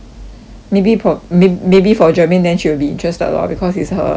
maybe for may~ maybe for germaine then she will be interested lor because it's her her